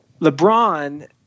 lebron